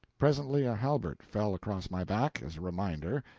presently a halberd fell across my back, as a reminder,